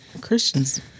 Christians